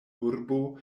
urbo